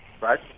right